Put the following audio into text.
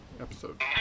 episode